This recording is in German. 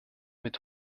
mit